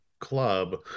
club